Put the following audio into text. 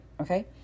okay